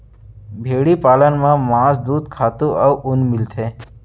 भेड़ी पालन म मांस, दूद, खातू अउ ऊन मिलथे